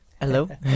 Hello